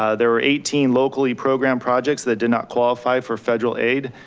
ah there were eighteen locally program projects that did not qualify for federal aid,